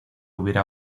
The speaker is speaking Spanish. hubiera